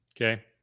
Okay